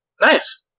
Nice